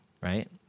right